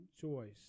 choice